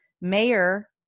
mayor